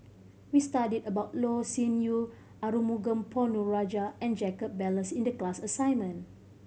we studied about Loh Sin Yun Arumugam Ponnu Rajah and Jacob Ballas in the class assignment